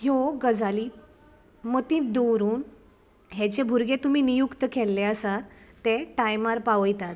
ह्यो गजाली मतींत दवरून हे जे भुरगे तुमी नियुक्त केल्ले आसात ते टायमार पावयतात